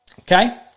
Okay